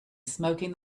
smoking